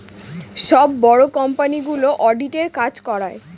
সব বড়ো কোম্পানিগুলো অডিটের কাজ করায়